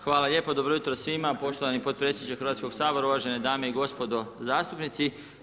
Hvala lijepo, dobro jutro svima, poštovani potpredsjedniče Hrvatskoga sabora, uvažene dame i gospodo zastupnici.